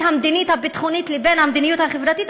המדינית הביטחונית לבין המדיניות החברתית,